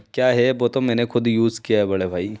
क्या है वो तो मैंने ख़ुद यूज़ किया है बड़े भाई